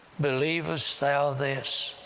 believest thou this?